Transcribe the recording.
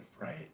right